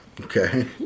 Okay